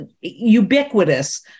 ubiquitous